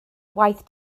waith